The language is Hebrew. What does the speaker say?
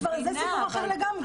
זה סיפור אחר לגמרי.